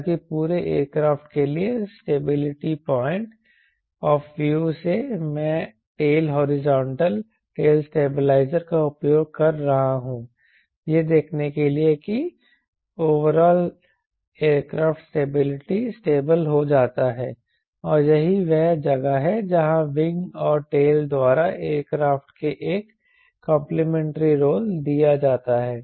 हालांकि पूरे एयरक्राफ्ट के लिए स्टेबिलिटी पॉइंट ऑफ व्यू से मैं टेल हॉरिजॉन्टल टेल स्टेबलाइज़र का उपयोग कर रहा हूं यह देखने के लिए कि ओवरऑल एयरक्राफ्ट स्टैटिकली स्टेबल हो जाता है और यही वह जगह है जहां विंग और टेल द्वारा एयरक्राफ्ट को एक कंप्लीमेंट्री रोल दीया जाता है